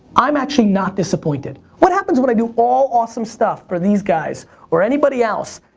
i'm actually not disappointed. what happens when i do all awesome stuff for these guys or anybody else?